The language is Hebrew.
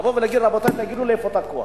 לבוא ולהגיד: רבותי, תגידו לי איפה תקוע,